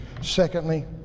Secondly